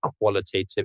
qualitative